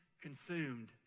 consumed